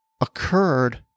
occurred